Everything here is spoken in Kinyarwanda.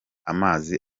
amazi